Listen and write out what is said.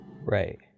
Right